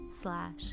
slash